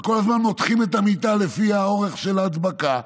וכל הזמן מותחים את המיטה לפי האורך של ההדבקה.